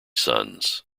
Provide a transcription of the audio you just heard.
sons